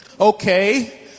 Okay